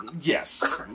yes